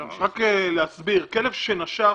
רק להסביר: כלב שנשך